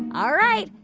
all right.